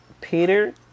Peter